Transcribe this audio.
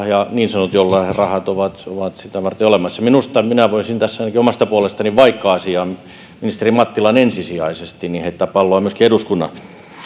ja niin sanotut joululahjarahat ovat ovat sitä varten olemassa minä voisin tässä ainakin omasta puolestani vaikka asia on ministeri mattilan ensisijaisesti heittää palloa myöskin eduskunnan